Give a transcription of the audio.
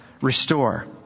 Restore